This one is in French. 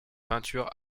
peintures